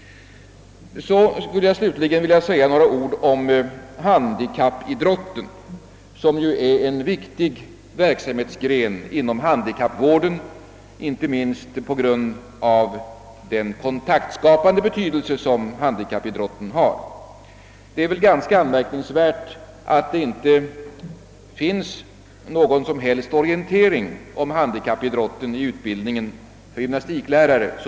Slutligen vill jag också säga något om handikappidrotten, som är en viktig gren inom handikappvården, inte minst genom sin kontaktskapande förmåga. Därför är det anmärkningsvärt att det såvitt jag vet inte lämnas någon som helst orientering om handikappidrott i utbildningen för gymnastiklärare.